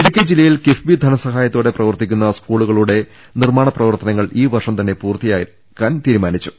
ഇടുക്കി ജില്ലയിൽ കിഫ്ബി ധനസഹായത്തോടെ പ്രവർത്തി ക്കുന്ന സ്കൂളുകളുടെ നിർമ്മാണ പ്രവർത്തനങ്ങൾ ഈ വർഷം തന്നെ പൂർത്തീകരിക്കാൻ തീരുമാനിച്ചു